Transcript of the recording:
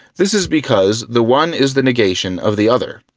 this is because the one is the negation of the other.